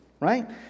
right